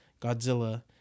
Godzilla